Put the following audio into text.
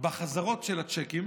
בין החזרות של הצ'קים